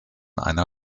einer